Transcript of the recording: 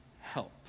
help